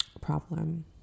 problem